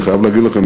אני חייב להגיד לכם,